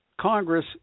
Congress